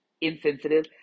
insensitive